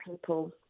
people